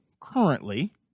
currently